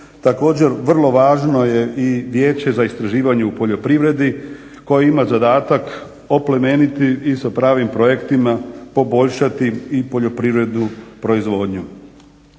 također vrlo važno je Vijeće za istraživanje u poljoprivredi koje ima zadatak oplemeniti i sa pravim projektima poboljšati i poljoprivrednu proizvodnju.